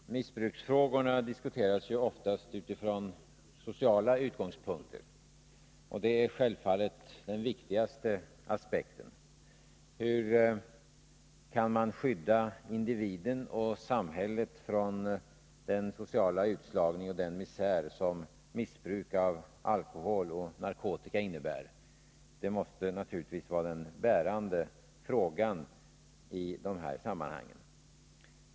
Herr talman! Missbruksfrågorna diskuteras oftast utifrån sociala utgångspunkter, och det är självfallet den viktigaste aspekten. Hur kan man skydda individen och samhället från den sociala utslagning och den misär som missbruk av alkohol och narkotika innebär? Det måste naturligtvis vara den bärande frågan i dessa sammanhang.